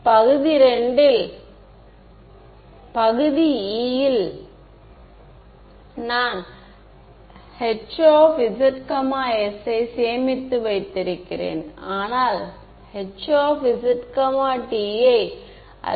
மாணவர் பகுதி I ல் நான் Hzs யை சேமித்து வைக்கிறேன் ஆனால் Hzt யை அல்ல